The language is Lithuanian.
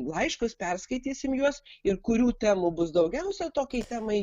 laiškus perskaitysim juos ir kurių temų bus daugiausia tokiai temai